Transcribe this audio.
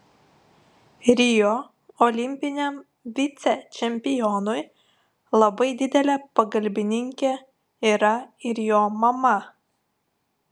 rio olimpiniam vicečempionui labai didelė pagalbininkė yra ir jo mama